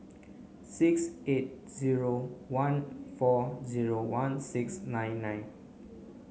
six eight zero one four zero one six nine nine